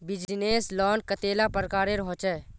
Business loan कतेला प्रकारेर होचे?